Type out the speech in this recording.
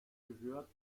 gehört